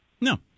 No